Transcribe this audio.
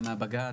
גם מהבג"צ,